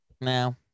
No